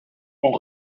ont